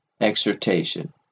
exhortation